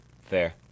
fair